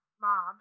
mobs